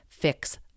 fix